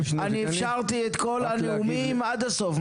אפשרתי את כל הנאומים עד הסוף.